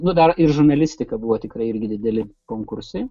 nu dar ir žurnalistika buvo tikrai irgi dideli konkursai